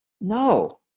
No